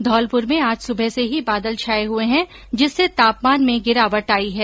धौलपुर में आज सुबह से ही बादल छाए हुए है जिसर्से तापमान में गिरावट आई है